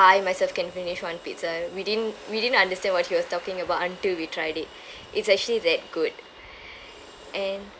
I myself can finish one pizza we didn't we didn't understand what he was talking about until we tried it it's actually that good and